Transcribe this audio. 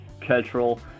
cultural